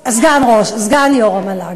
ראש המל"ג הוא שר, סגן יו"ר המל"ג.